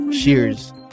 Cheers